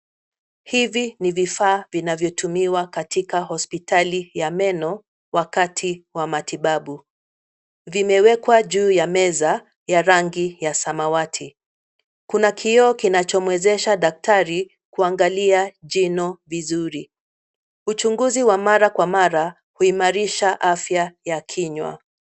Hivi ni vifaa vivyotumiwa katika hospitali ya meno wakati wa matibabu. Vimewekwa juu ya meza ya rangi ya samawati. Kuna kioo kinachomwezesha daktari kuangalia jino vizuri. Uchuguzi wa mara kwa mara huimarisha afya ya kinywa.